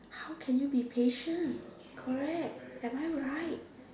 how can you be patient correct am I right